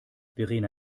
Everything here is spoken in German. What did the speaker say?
verena